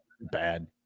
bad